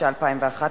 התשע"א 2011,